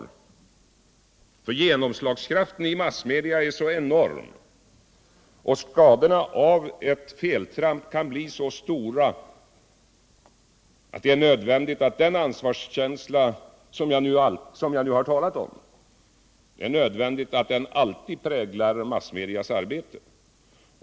Massmedias genomslagskraft är så enorm och skadorna av ett feltramp kan bli så stora att det är nödvändigt att den ansvarskänsla jag nu har talat om alltid präglar massmedias arbete.